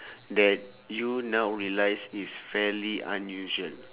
that you now realise is fairly unusual